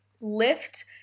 Lift